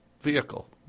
vehicle